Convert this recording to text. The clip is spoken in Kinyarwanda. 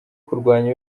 kurwanya